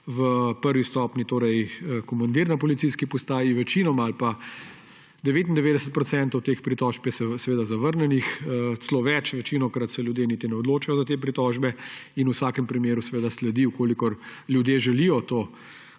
v prvi stopnji komandir na policijski postaji, večinoma ali pa 99 % teh pritožb je seveda zavrnjenih, celo več. Večinoma se ljudje niti ne odločajo za te pritožbe in v vsakem primeru seveda sledi, če ljudje želijo to